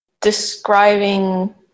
describing